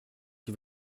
qui